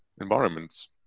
environments